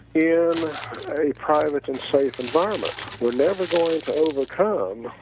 in a private and safe environment, we are never going to overcome